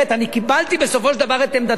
אני קיבלתי בסופו של דבר את עמדתם.